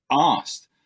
asked